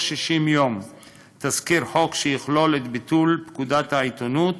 60 יום תזכיר חוק שיכלול את ביטול פקודת העיתונות,